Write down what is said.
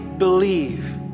believe